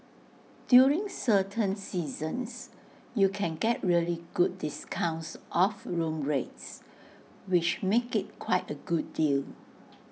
during certain seasons you can get really good discounts off room rates which make IT quite A good deal